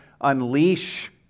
unleash